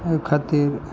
एहि खातिर